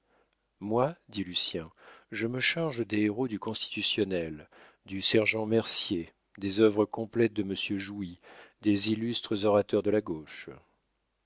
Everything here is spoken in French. moi dit lucien je me charge des héros du constitutionnel du sergent mercier des œuvres complètes de monsieur jouy des illustres orateurs de la gauche